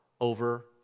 over